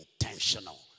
intentional